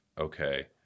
okay